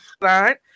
right